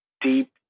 deep